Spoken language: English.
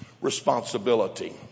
responsibility